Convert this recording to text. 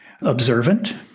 observant